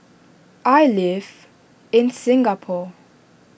I live in Singapore